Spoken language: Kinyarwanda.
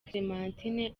clementine